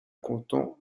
canton